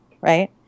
right